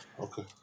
okay